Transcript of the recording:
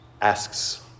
asks